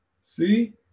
See